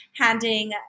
handing